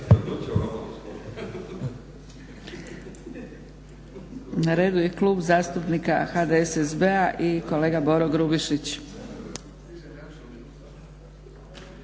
Na redu je Klub zastupnika HDSSB-a i kolega Boro Grubišić.